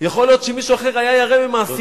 יכול להיות שמישהו אחר היה ירא ממעסיקיו,